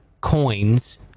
coins